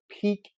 peak